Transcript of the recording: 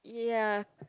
ya